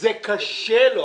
זה קשה לו.